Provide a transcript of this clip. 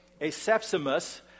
Asepsimus